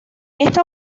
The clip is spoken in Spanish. esta